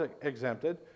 exempted